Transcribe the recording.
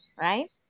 right